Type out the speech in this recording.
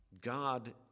God